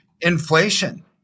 inflation